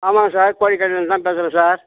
ஆமாங்க சார் கோழி கடையிலேருந்து தான் பேசுகிறேன் சார்